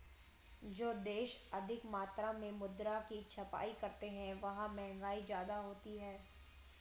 जो देश अधिक मात्रा में मुद्रा की छपाई करते हैं वहां महंगाई ज्यादा होती है